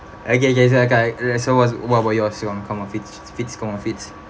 okay okay okay so so what's what about yours come on fits come on fits